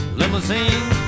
limousine